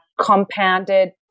compounded